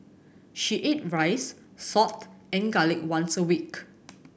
she ate rice salt and garlic once a week